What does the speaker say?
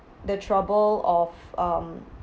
the trouble of um